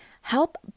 Help